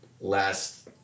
last